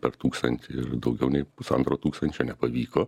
per tūkstantį ir daugiau nei pusantro tūkstančio nepavyko